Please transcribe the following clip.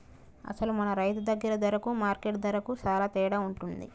అసలు మన రైతు దగ్గర ధరకు మార్కెట్ ధరకు సాలా తేడా ఉంటుంది